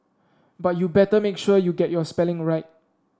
but you better make sure you get your spelling right